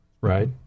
Right